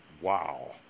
Wow